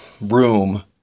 room